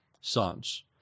sons